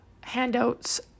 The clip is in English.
handouts